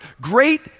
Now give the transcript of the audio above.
Great